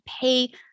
pay